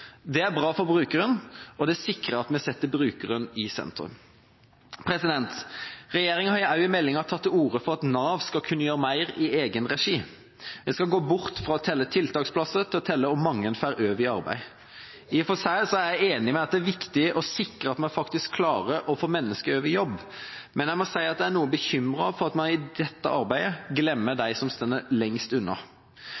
Det er bra for brukeren, og det sikrer at vi setter brukeren i sentrum. Regjeringa har også i meldinga tatt til orde for at Nav skal kunne gjøre mer i egenregi. En skal gå bort fra å telle tiltaksplasser til å telle hvor mange en får over i arbeid. I og for seg er jeg enig i at det er viktig å sikre at en faktisk klarer å få mennesker over i jobb, men jeg må si at jeg er noe bekymret for at en i dette arbeidet glemmer